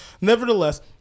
Nevertheless